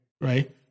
right